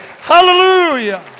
Hallelujah